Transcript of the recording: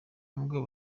nubwo